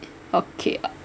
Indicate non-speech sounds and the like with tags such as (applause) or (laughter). okay (noise)